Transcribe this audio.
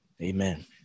amen